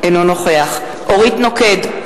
אינו נוכח אורית נוקד,